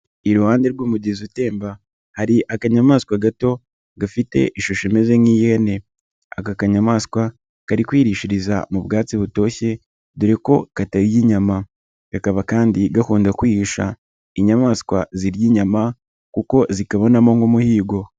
Iruhande rw'umugezi utemba, hari akanyamaswa gato gafite ishusho imeze nk'iy'ihene. Aka kanyamaswa kari kwirishiriza mu bwatsi butoshye dore ko katarya inyama, kakaba kandi gakunda kwihisha inyamaswa zirya inyama, dore ko zikabona nk'umuhigo.